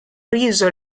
riso